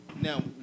Now